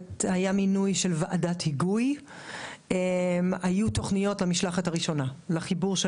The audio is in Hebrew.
היה מינוי של ועדת היגוי והיו תוכניות לחיבור של